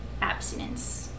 abstinence